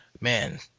man